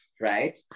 right